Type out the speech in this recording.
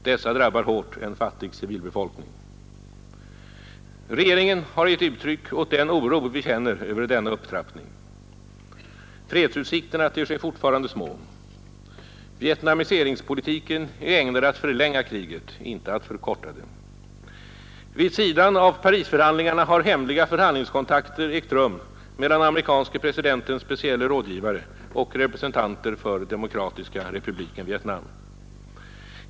Dessa drabbar hårt en fattig civilbefolkning. Regeringen har gett uttryck åt den oro vi känner över denna upptrappning. Fredsutsikterna ter sig fortfarande små. Vietnamiseringspolitiken är ägnad att förlänga kriget, inte att förkorta det. Vid sidan av Parisförhandlingarna har hemliga förhandlingskontakter ägt rum mellan amerikanske presidentens specielle rådgivare och representanter för Demokratiska republiken Vietnam.